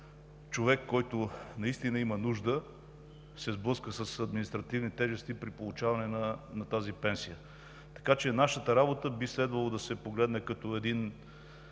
човек, който наистина има нужда, се сблъсква с административни тежести при получаване на тази пенсия. Нашата работа би следвало да се погледне като един